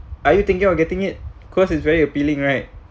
are you thinking of getting it cause it's very appealing right